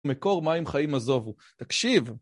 מקור מים חיים עזובו, תקשיב.